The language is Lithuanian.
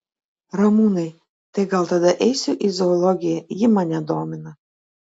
ramūnai tai gal tada eisiu į zoologiją ji mane domina